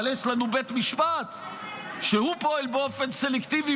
אבל יש לנו בית משפט שהוא פועל באופן סלקטיבי,